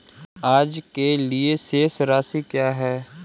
आज के लिए शेष राशि क्या है?